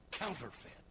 Counterfeit